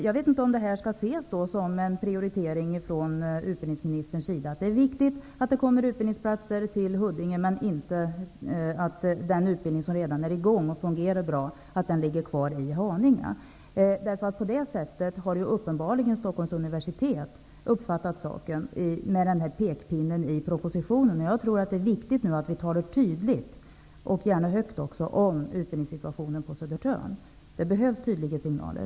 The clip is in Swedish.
Jag vet inte om detta skall ses som en prioritering från utbildningsministerns sida att det är viktigt att det kommer utbildningsplatser till Huddinge, men inte att den utbildning som redan är i gång och fungerar bra ligger kvar i Haninge. På det sättet har uppenbarligen Stockholms universitet uppfattat den här pekpinnen i propositionen. Jag tror att det är viktigt att vi talar tydligt, och gärna högt, om utbildningssituationen på Södertörn. Det behövs tydliga signaler.